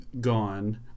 gone